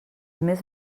més